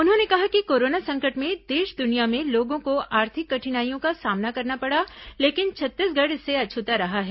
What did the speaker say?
उन्होंने कहा कि कोरोना संकट में देश दुनिया में लोगों को आर्थिक कठिनाइयों का सामना करना पड़ा लेकिन छत्तीसगढ़ इससे अछूता रहा है